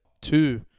two